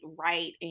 right